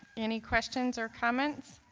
any questions or comments